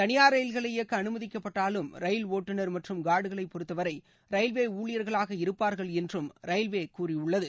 தளியார் ரயில்களை இயக்க அனுமதிக்கப்பட்டாலும் ரயில் ஒட்டுநர் மற்றும் கார்டுகளை பொறுத்தவரை ரயில்வே ஊழியர்களாக இருப்பார்கள் என்றும் ரயில்வே மேலும் கூறியுள்ளது